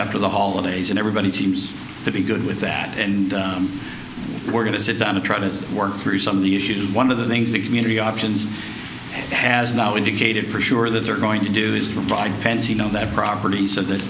after the holidays and everybody seems to be good with that and we're going to sit down and try to work through some of the issues one of the things the community options has now indicated for sure that they're going to do is provide pens you know that property so that